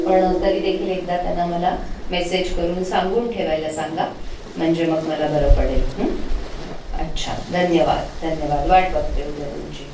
पण तरी देखील एकदा त्यांना मला मेसेज करून सांगून ठेवायला सांगा म्हणजे मग मला बरं पडेल अच्छा धन्यवाद धन्यवाद वाट बघते उद्या तुमची